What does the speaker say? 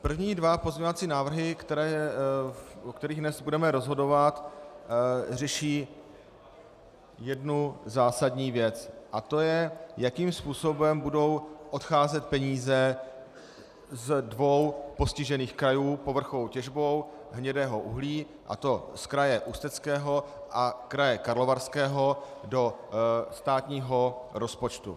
První dva pozměňovací návrhy, o kterých dnes budeme rozhodovat, řeší jednu zásadní věc, tj., jakým způsobem budou odcházet peníze z dvou krajů postižených povrchovou těžbou hnědého uhlí, a to z kraje Ústeckého a kraje Karlovarského, do státního rozpočtu.